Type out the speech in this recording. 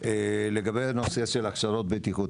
לגבי נושא הכשרות הבטיחות.